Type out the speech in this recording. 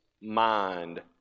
mind